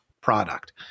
product